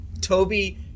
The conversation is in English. Toby